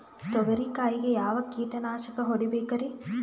ತೊಗರಿ ಕಾಯಿಗೆ ಯಾವ ಕೀಟನಾಶಕ ಹೊಡಿಬೇಕರಿ?